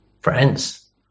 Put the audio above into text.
Friends